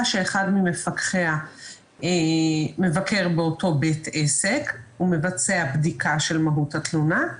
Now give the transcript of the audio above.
שאחד ממפקחיה מבקר באותו בית עסק ומבצע בדיקה של מהות התלונה.